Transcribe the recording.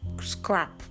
scrap